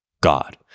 God